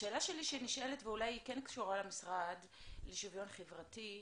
השאלה שלי שנשאלת ואולי היא כן קשורה למשרד לשוויון חברתי,